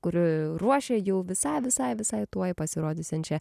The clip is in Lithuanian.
kuri ruošia jau visai visai visai tuoj pasirodysiančią